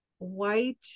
white